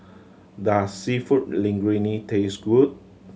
does Seafood Linguine taste good